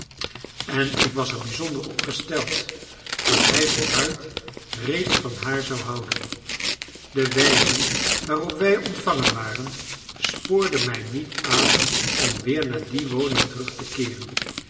en ik was er bijzonder op gesteld dat hij vooruit reeds van haar zou houden de wijze waarop wij ontvangen waren spoorde mij niet aan om weer naar die woning terug te keeren